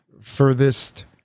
furthest